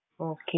Okay